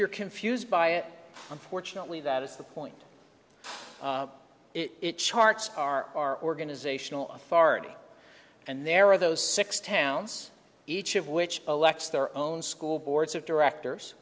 you're confused by it unfortunately that is the point it charts are our organizational authority and there are those six towns each of which elects their own school boards of directors